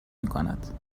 میکند